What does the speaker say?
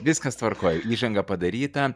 viskas tvarkoj įžanga padaryta